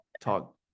talk